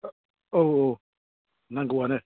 औ औ नांगौआनो